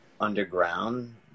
underground